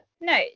No